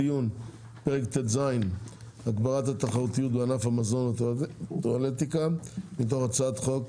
פרק ט"ז (הגברת התחרותיות בענף המזון והטואלטיקה) מתוך הצעת חוק